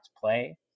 play